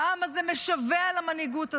העם הזה משווע למנהיגות הזו.